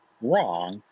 wrong